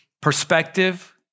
perspective